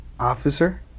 Officer